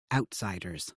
outsiders